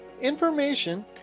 information